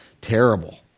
Terrible